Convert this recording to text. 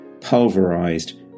pulverized